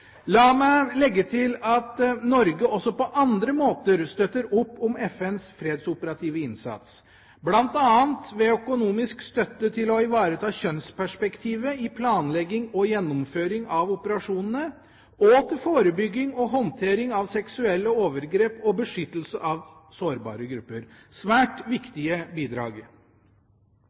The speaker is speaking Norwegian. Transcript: La meg legge til at Norge også på andre måter støtter opp om FNs fredsoperative innsats, bl.a. ved økonomisk støtte til å ivareta kjønnsperspektivet i planlegging og gjennomføring av operasjonene, og til forebygging og håndtering av seksuelle overgrep og beskyttelse av sårbare grupper. Dette er svært viktige bidrag.